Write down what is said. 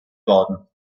worden